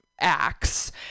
acts